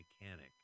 mechanic